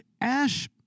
Ash